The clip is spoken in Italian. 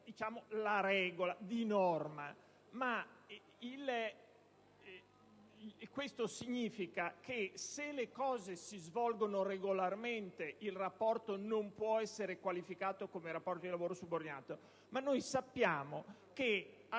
la regola: l'espressione "di norma" significa che, se le cose si svolgono regolarmente, il rapporto non può essere qualificato come rapporto di lavoro subordinato. Sappiamo che,